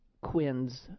Quinn's